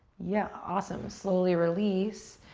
yeah, awesome. slowly release.